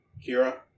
Kira